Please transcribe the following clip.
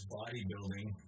bodybuilding